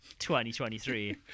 2023